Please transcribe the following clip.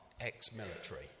ex-military